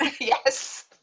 Yes